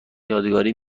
یادگاری